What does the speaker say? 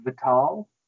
Vital